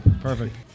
perfect